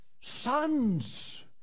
sons